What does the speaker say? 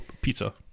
pizza